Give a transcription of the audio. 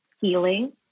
healing